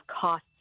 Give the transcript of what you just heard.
costs